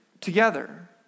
together